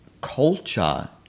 culture